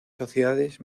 sociedades